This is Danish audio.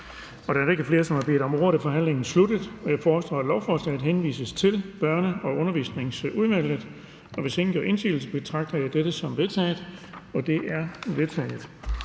Da der ikke flere, der har bedt om ordet, er forhandlingen sluttet. Jeg foreslår, at lovforslaget henvises til Børne- og undervisningsudvalget. Hvis ingen gør indsigelse, betragter jeg det som vedtaget Det er vedtaget.